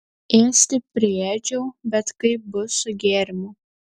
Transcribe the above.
ėsti priėdžiau bet kaip bus su gėrimu